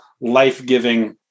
life-giving